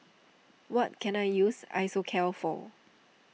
what can I use Isocal for